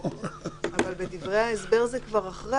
אבל בדברי ההסבר זה כבר אחרי,